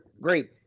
great